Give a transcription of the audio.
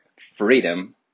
freedom